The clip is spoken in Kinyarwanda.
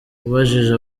ubajije